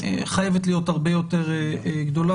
חייבת להיות הרבה יותר גדולה,